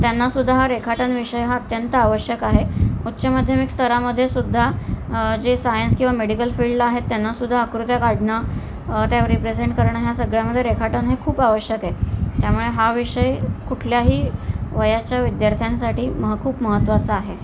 त्यांनासुद्धा हा रेखाटन विषय हा अत्यंत आवश्यक आहे उच्चमाध्यमिक स्तरामध्ये सुद्धा जे सायन्स किंवा मेडिकल फील्ड आहेत त्यांनासुद्धा आकृत्या काढणं त्या रिप्रेझेंट करणं ह्या सगळ्यामध्ये रेखाटन हे खूप आवश्यक आहे त्यामुळे हा विषय कुठल्याही वयाच्या विद्यार्थ्यांसाठी म खूप महत्त्वाचा आहे